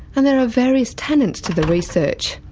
and there are various tenets to the research.